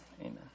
Amen